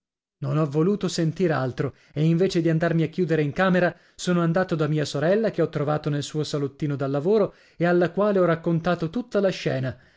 non ho voluto sentir altro e invece dì andarmi a chiudere in camera sono andato da mia sorella che ho trovato nel suo salottino da lavoro e alla quale ho raccontato tutta la scena